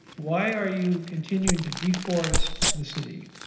why are you continuing to de forest the city?